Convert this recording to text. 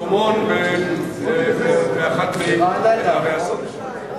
מקומון באחת מערי השדה.